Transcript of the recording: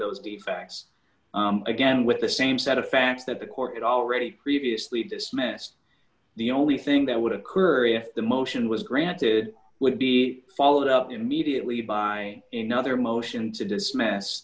those defects again with the same set of facts that the court had already previously dismissed the only thing that would occur if the motion was granted would be followed up immediately by in another motion to dismiss